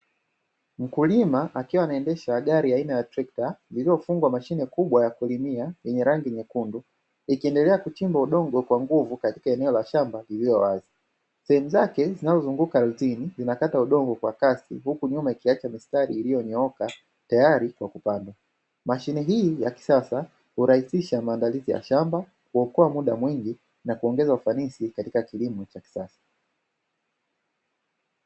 Mkulima akiwa anaendesha gari aina ya trekta ililofungwa mashine kubwa ya kulimia yenye rangi nyekundu ikiendelea kuchimba udongo kwanguvu katika eneo la shamba ilyowazi, sehemu zake zinazozunguka ardhini zinakata udongo kwa kasi huku nyuma ikiacha mistari ilionyooka teyari kwa kupandwa, mashine hii ya kisasa hurahisisha maandalizi ya shamba huokoa muda mwingi na kuongeza ufanisi katika kilimo cha kisasa.